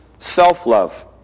Self-love